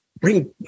bring